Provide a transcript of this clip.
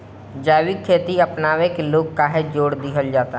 जैविक खेती अपनावे के लोग काहे जोड़ दिहल जाता?